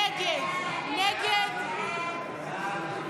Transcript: סעיף 5,